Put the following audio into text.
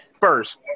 first